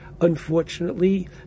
Unfortunately